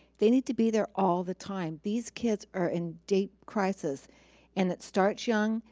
they need to be there all the time. these kids are in deep crisis and it starts young,